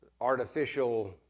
artificial